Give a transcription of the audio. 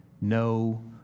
no